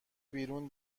بیرون